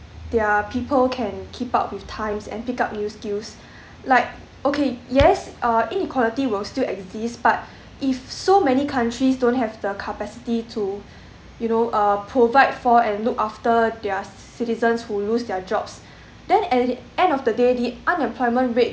their people can keep up with times and pick up new skills like okay yes uh inequality will still exist but if so many countries don't have the capacity to you know uh provide for and look after their citizens who lose their jobs then at the end of the day the unemployment rate